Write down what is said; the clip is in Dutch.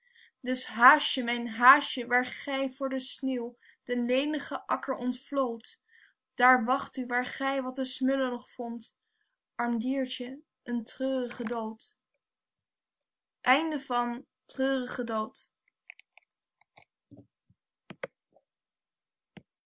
dus haasje mijn haasje waar gij voor de sneeuw den ledigen akker ontvloodt daar wacht u waar gij wat te smullen nog vondt arm diertjen een treurige dood